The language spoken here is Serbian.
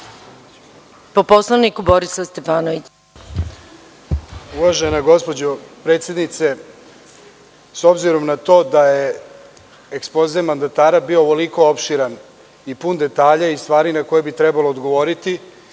Stefanović. **Borko Stefanović** Uvažena gospođo predsednice, s obzirom na to da je ekspoze mandatara bio ovoliko opširan i pun detalja i stvari na koje bi trebalo odgovoriti